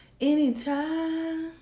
Anytime